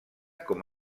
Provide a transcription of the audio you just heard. com